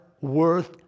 worth